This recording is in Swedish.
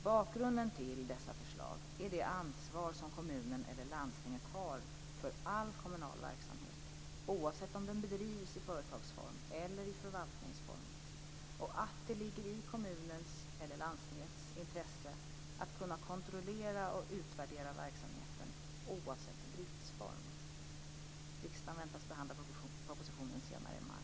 Bakgrunden till dessa förslag är det ansvar som kommunen eller landstinget har för all kommunal verksamhet, oavsett om den bedrivs i företagsform eller i förvaltningsform och att det ligger i kommunens eller landstingets intresse att kunna kontrollera och utvärdera verksamheten, oavsett driftsform. Riksdagen väntas behandla propositionen senare i maj.